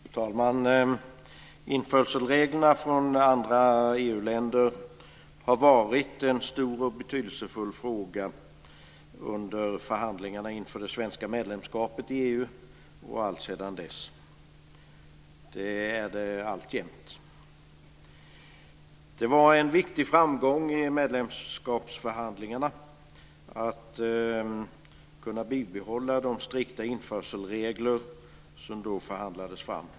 Fru talman! Reglerna för införsel från andra EU länder har varit en stor och betydelsefull fråga under förhandlingarna inför det svenska medlemskapet i EU och är det alltjämt. Det var en viktig framgång i medlemskapsförhandlingarna att kunna bibehålla de strikta införselregler som då förhandlades fram.